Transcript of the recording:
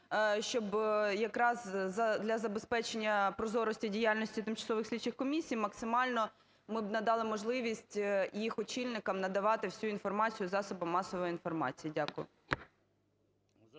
щоб якраз для забезпечення прозорості діяльності тимчасових слідчих комісій максимально ми б надали можливість їх очільникам надавати всю інформацію в засоби масової інформації. Дякую.